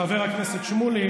חבר הכנסת שמולי,